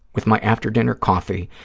with my after-dinner coffee,